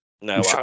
No